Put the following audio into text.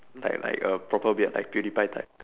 like like a proper beard like pewdiepie type